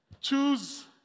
choose